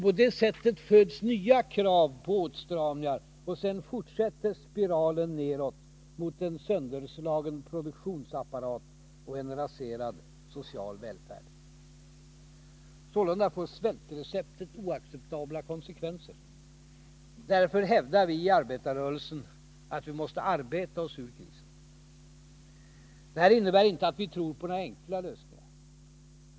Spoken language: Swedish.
På det sättet föds nya krav på åtstramningar, och sedan fortsätter spiralen nedåt mot en sönderslagen produktionsapparat och en raserad social välfärd. Sålunda får svältreceptet oacceptabla konsekvenser. Därför hävdar vi i arbetarrörelsen att man måste arbeta sig ur krisen. Detta innebär inte att vi tror på några enkla lösningar.